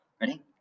Ready